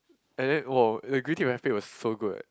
and then !wow! the green tea frappe was so good